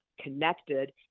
connected